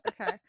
Okay